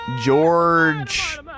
George